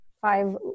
five